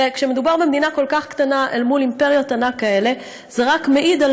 וכשמדובר במדינה כל כך קטנה אל מול אימפריות ענק כאלה זה רק מעיד על